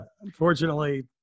Unfortunately